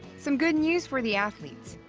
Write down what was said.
some good news for the athletes.